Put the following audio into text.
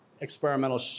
experimental